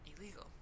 illegal